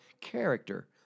character